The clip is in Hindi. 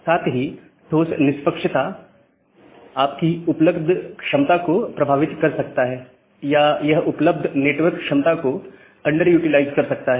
साथ ही ठोस निष्पक्षता आपकी उपलब्ध क्षमता को प्रभावित कर सकता है या यह उपलब्ध नेटवर्क क्षमता को अंडर यूटिलाइज कर सकता है